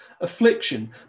affliction